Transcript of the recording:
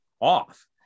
off